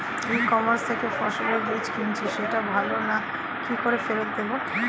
ই commerce থেকে ফসলের বীজ কিনেছি সেটা ভালো না কি করে ফেরত দেব?